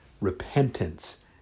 repentance